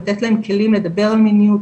לתת להם כלים לדבר על מיניות,